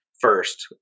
First